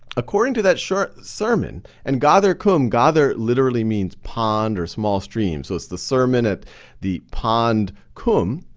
according to that short sermon. and ghadir khumm, ghadir literally means pond or small stream, so it's the sermon at the pond khumm.